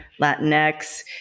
Latinx